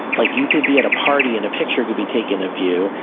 like you could be at a party and a picture could be taken of you,